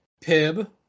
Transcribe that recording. Pib